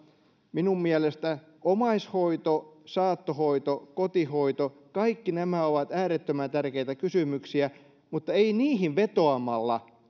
minun mielestäni omaishoito saattohoito kotihoito kaikki nämä ovat äärettömän tärkeitä kysymyksiä mutta ei niihin vetoamalla